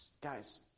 Guys